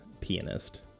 pianist